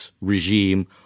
regime